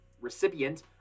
recipient